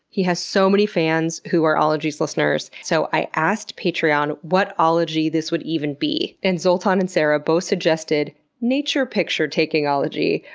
he has so many fans who are ologies listeners. so i asked patreon what ology this would even be, and zoltan and sarah both suggested nature picture-taking-ology.